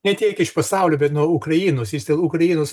ne tiek iš pasaulio bet nu ukrainos jis dėl ukrainos